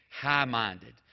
high-minded